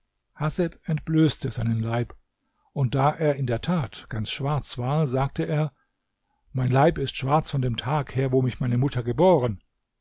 entblößte seinen leib und da er in der tat ganz schwarz war sagte er mein leib ist schwarz von dem tag her wo mich meine mutter geboren